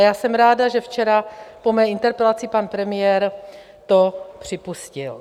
A jsem ráda, že včera po mé interpelaci to pan premiér připustil.